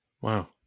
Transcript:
Wow